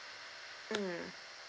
mm